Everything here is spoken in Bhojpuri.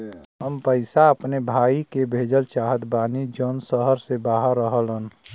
हम पैसा अपने भाई के भेजल चाहत बानी जौन शहर से बाहर रहेलन